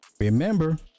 remember